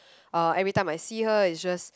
uh everytime I see her is just